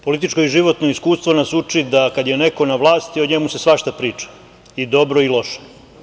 Političko i životno iskustvo nas uči da kada je neko na vlasti o njemu se svašta priča, i dobro i loše.